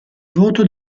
voto